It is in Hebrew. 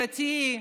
דתיים,